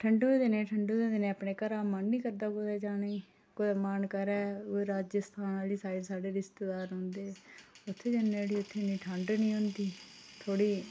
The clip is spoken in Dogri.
ठंडू दे दिनें ठंडू दे दिनें अपने घरा मन नि करदा कुतै जाने गी कुतै मन करै कतै राजस्थान आह्ली साइड स्हाढ़ै रिश्तेदारै जन्ने उठी उत्थै इन्नी ठंड नी होंदी थोह्ड़ी